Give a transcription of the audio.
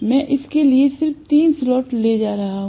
मैं इसके लिए सिर्फ तीन स्लॉट ले रहा हूं